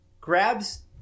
grabs